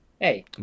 Hey